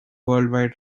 worldwide